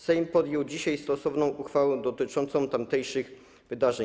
Sejm podjął dzisiaj stosowną uchwałę dotyczącą tamtejszych wydarzeń.